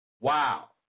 Wow